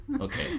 Okay